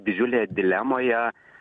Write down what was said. didžiulėje dilemoje